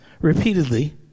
repeatedly